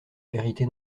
vérité